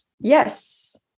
Yes